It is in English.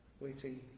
waiting